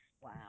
Wow